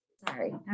Sorry